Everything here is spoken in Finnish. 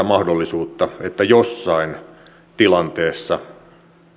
mahdollisuutta että jossain tilanteessa